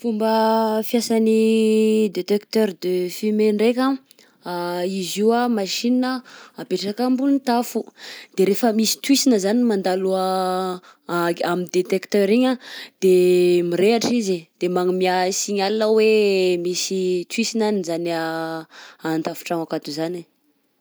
Fomba fiasan'ny détecteur de fumée ndraika izy io anh machine apetraka ambony tafo, de rehefa misy toisina zany mandalo ak- am'détecteur igny anh de mirehatra izy de magnomià signal hoe misy toisina hany zany anh an-tafontragno akato zany.